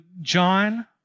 John